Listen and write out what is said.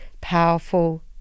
powerful